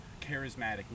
Charismatic